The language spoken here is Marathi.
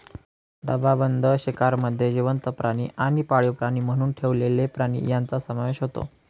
डबाबंद शिकारमध्ये जिवंत प्राणी आणि पाळीव प्राणी म्हणून ठेवलेले प्राणी यांचा समावेश होतो